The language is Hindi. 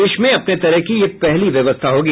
देश में अपने तरह की यह पहली व्यवस्था होगी